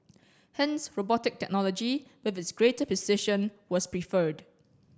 hence robotic technology with its greater precision was preferred